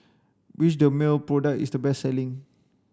which Dermale product is the best selling